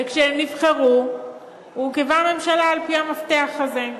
וכשהם נבחרו, הורכבה ממשלה על-פי המפתח הזה.